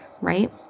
right